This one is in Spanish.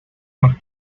más